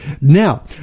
now